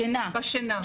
בשינה?